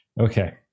Okay